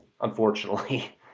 unfortunately